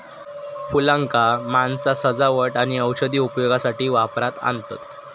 फुलांका माणसा सजावट आणि औषधी उपयोगासाठी वापरात आणतत